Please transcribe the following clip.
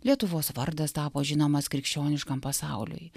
lietuvos vardas tapo žinomas krikščioniškam pasauliui